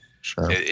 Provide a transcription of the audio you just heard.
Sure